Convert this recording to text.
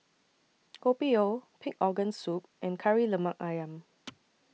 Kopi O Pig Organ Soup and Kari Lemak Ayam